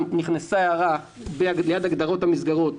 גם נכנסה הערה ליד הגדרת המסגרות,